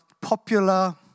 popular